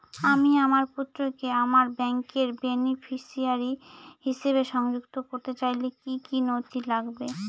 আমি আমার পুত্রকে আমার ব্যাংকের বেনিফিসিয়ারি হিসেবে সংযুক্ত করতে চাইলে কি কী নথি লাগবে?